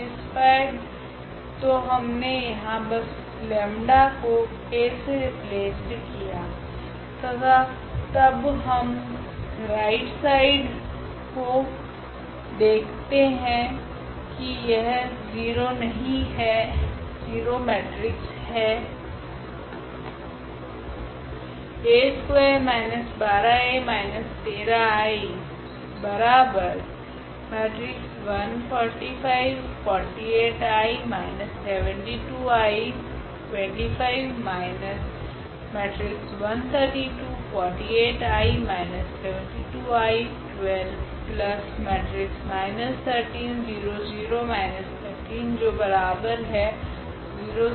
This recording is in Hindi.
सेटीस्फाइड तो हमने यहाँ बस 𝜆 को A से रिप्लेसेड़ किया तथा तब हम राइट साइड को देखते है की यह 0 नहीं 0 मेट्रिक्स है